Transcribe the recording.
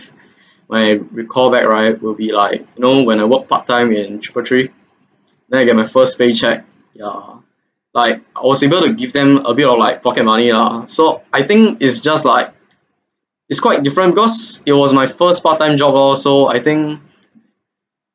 when recall back right will be like you know when I work part time in triple three then I get my first paycheck ya like I was able to give them a bit of like pocket money lah so I think is just like it's quite different because it was my first part time job lor so I think